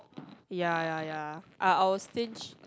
ya ya ya I I will stinge